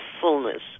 fullness